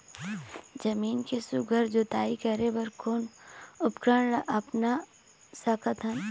जमीन के सुघ्घर जोताई करे बर कोन उपकरण ला अपना सकथन?